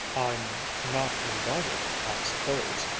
i'm not invited, i suppose,